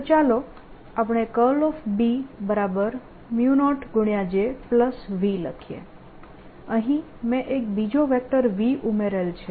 તો ચાલો આપણે B0 Jv લખીએ અહીં મેં એક બીજો વેક્ટર v ઉમેરેલ છે